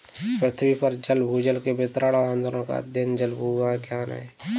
पृथ्वी पर जल भूजल के वितरण और आंदोलन का अध्ययन जलभूविज्ञान है